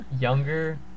Younger